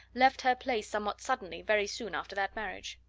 left her place somewhat suddenly very soon after that marriage.